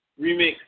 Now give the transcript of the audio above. Remix